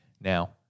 Now